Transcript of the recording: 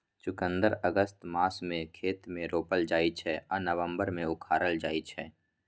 चुकंदर अगस्त मासमे खेत मे रोपल जाइ छै आ नबंबर मे उखारल जाइ छै